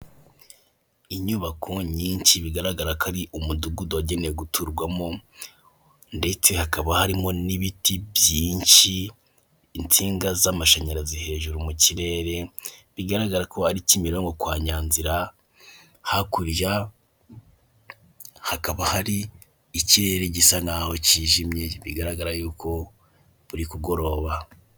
Inyubako nyinshi bigaragara ko ari umudugudu wagenewe guturwamo ndetse hakaba harimo n'ibiti byinshi, insinga z'amashanyarazi hejuru mu kirere, bigaragara ko ari kimironko kwa Nyanzira, hakurya hakaba hari ikirere gisa naho kijimye, bigaragara yuko buri kugoroba.